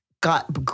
got